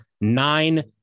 nine